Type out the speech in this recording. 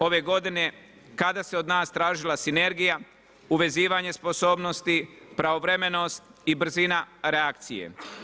Ove godine kada se od nas tražila sinergija, uvezivanje sposobnosti, pravovremenost i brzina reakcije.